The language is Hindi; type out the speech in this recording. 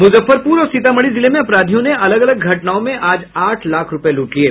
मुजफ्फरपुर और सीतामढ़ी जिले में अपराधियों ने अलग अलग घटनाओं में आज आठ लाख रूपये लूट लिये